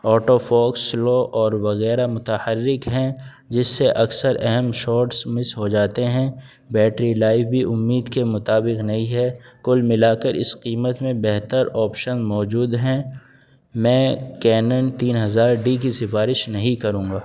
auto focus slow اور وغیرہ متحرک ہیں جس سے اکثر اہم شاٹس مس ہو جاتے ہیں بیٹری لائف بھی امید کے مطابق نہیں ہے کل ملا کر اس قیمت میں بہتر آپشن موجود ہیں میں کینن تین ہزار ڈی کی سفارش نہیں کروں گا